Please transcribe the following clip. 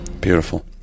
beautiful